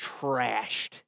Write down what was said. trashed